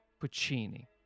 Puccini